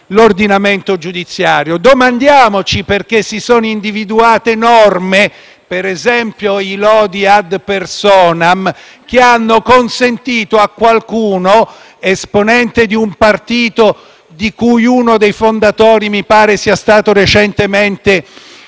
l'ordinamento giudiziario; domandiamoci perché si sono individuate norme, per esempio i lodi *ad personam*, a favore di qualcuno, esponente di un partito di cui uno dei fondatori mi pare sia stato recentemente